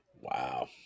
Wow